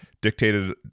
dictated